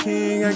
King